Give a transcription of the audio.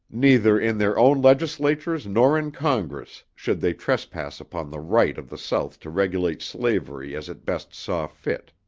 neither in their own legislatures nor in congress should they trespass upon the right of the south to regulate slavery as it best saw fit.